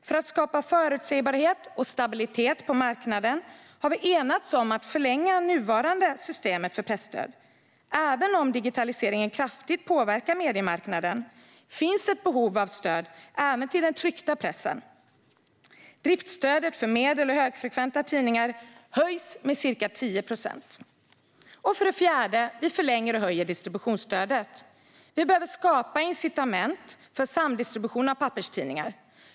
För att skapa förutsägbarhet och stabilitet på marknaden har vi enats om att förlänga det nuvarande systemet för presstöd. Även om digitaliseringen kraftigt påverkar mediemarknaden finns ett behov av stöd även till den tryckta pressen. Driftsstödet för medel och högfrekventa tidningar höjs med ca 10 procent. För det fjärde förlänger vi och höjer distributionsstödet. Vi behöver skapa incitament för samdistribution av papperstidningar.